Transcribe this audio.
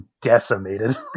decimated